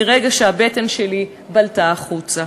מרגע שהבטן שלי בלטה החוצה.